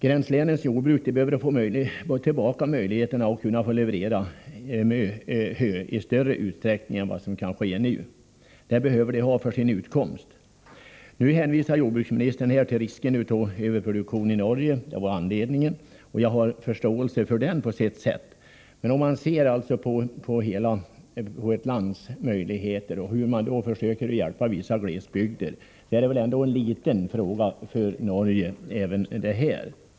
Gränslänens jordbruk behöver få tillbaka möjligheterna att leverera hö i större utsträckning än vad som kan ske nu. De behöver denna möjlighet för sin utkomst. Nu säger jordbruksministern att anledningen till avtalet var risken för överproduktion i Norge. Jag har på sitt sätt förståelse för det. Men om man ser de samlade åtgärderna för att hjälpa glesbygderna är väl detta ändå en ganska liten fråga för Norge.